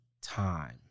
time